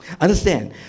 Understand